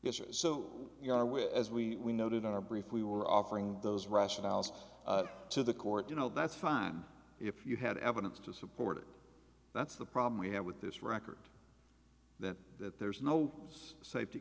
so you are with as we noted in our brief we were offering those rationales to the court you know that's fine if you had evidence to support it that's the problem we have with this record that there's no safety